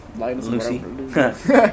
Lucy